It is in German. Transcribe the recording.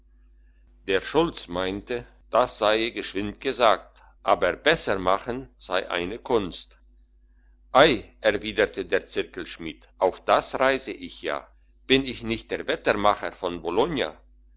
der schulz meinte das seie geschwind gesagt aber besser machen sei eine kunst ei erwidert der zirkelschmied auf das reise ich ja bin ich nicht der wettermacher von bologna